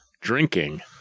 drinking